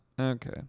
okay